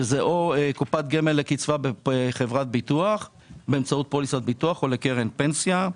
שזה או קופת גמל לקצבה בחברת ביטוח באמצעות פוליסת ביטוח או לקרן פנסיה.